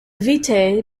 vitae